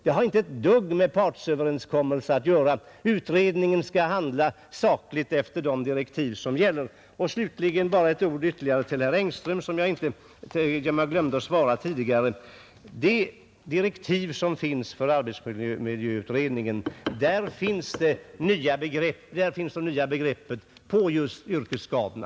Det har inte ett dugg med partsöverenskommelser att göra. Utredningen skall arbeta sakligt efter sina direktiv. Slutligen bara ett par ord till herr Engström, som jag tidigare glömde att svara. I direktiven för arbetsmiljöutredningen finns de nya begreppen för just yrkesskadorna.